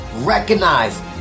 Recognize